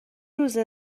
روزه